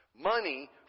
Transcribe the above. Money